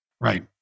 Right